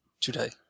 today